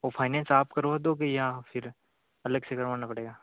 वो फाइनेन्स आप करवा दोगे या फिर अलग से करवाना पड़ेगा